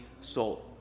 soul